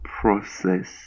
process